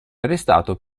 arrestato